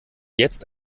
jetzt